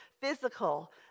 physical